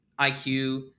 IQ